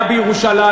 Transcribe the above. היה בירושלים,